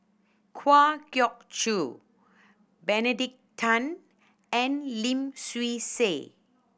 Kwa Geok Choo Benedict Tan and Lim Swee Say